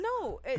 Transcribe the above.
No